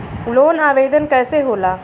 Loan आवेदन कैसे होला?